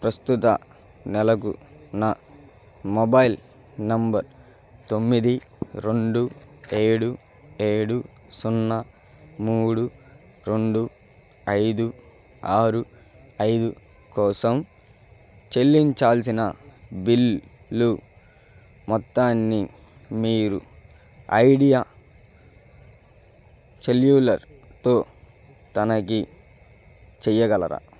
ప్రస్తుత నెలకు నా మొబైల్ నంబర్ తొమ్మిది రెండు ఏడు ఏడు సున్నా మూడు రెండు ఐదు ఆరు ఐదు కోసం చెల్లించాల్సిన బిల్లు మొత్తాన్ని మీరు ఐడియా సెల్యులర్తో తనిఖీ చెయ్యగలరా